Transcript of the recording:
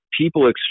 people